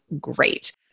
great